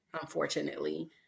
unfortunately